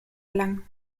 gelangen